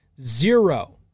Zero